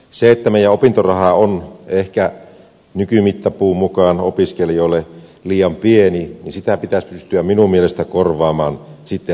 se että opintoraha on ehkä nykymittapuun mukaan opiskelijoille liian pieni sitä pitäisi pystyä minun mielestäni korvaamaan opintolainalla